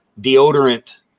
deodorant